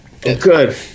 good